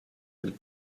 del